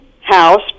house